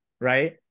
right